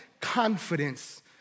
confidence